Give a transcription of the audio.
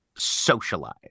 Socialize